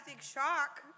shock